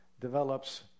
develops